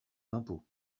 l’impôt